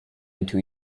into